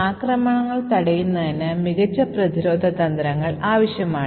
ഇപ്പോൾ ഒരു കാനറി അടിസ്ഥാന പരമായി ഒരു റാൻഡം നമ്പറാണ്